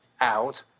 out